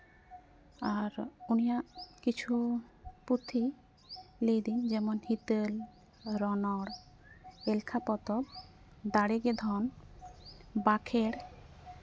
ᱟᱨ ᱩᱱᱤᱭᱟᱜ ᱠᱤᱪᱷᱩ ᱯᱩᱛᱷᱤ ᱞᱟᱹᱭᱫᱟᱹᱧ ᱡᱮᱢᱚᱱ ᱦᱤᱛᱟᱹᱞ ᱨᱚᱱᱚᱲ ᱮᱞᱠᱷᱟ ᱯᱚᱛᱚᱵ ᱫᱟᱲᱮᱜᱮ ᱫᱷᱚᱱ ᱵᱟᱠᱷᱮᱲ